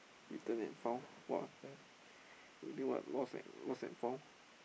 return and found !wah! lost and lost and found